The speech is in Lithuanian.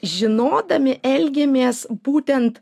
žinodami elgiamės būtent